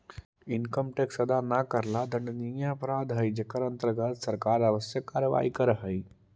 income tax अदा न करला दंडनीय अपराध हई जेकर अंतर्गत सरकार आवश्यक कार्यवाही करऽ हई